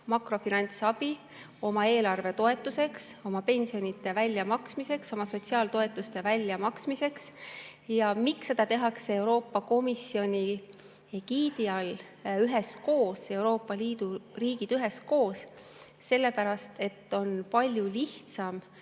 makrofinantsabi oma eelarve toetuseks, pensionide väljamaksmiseks, sotsiaaltoetuste väljamaksmiseks. Miks seda tehakse Euroopa Komisjoni egiidi all üheskoos, Euroopa Liidu riigid üheskoos? Sellepärast et nii on palju lihtsam